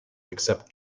except